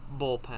bullpen